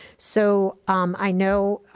so i know,